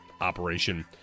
operation